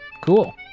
cool